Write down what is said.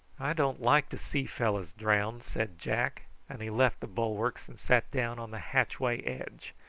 i don't like to see fellows drown, said jack and he left the bulwarks and sat down on the hatchway edge.